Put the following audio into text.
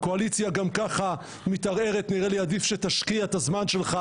גם כך הקואליציה מתערערת ונראה לי עדיף שתשקיע את הזמן שלך